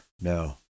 No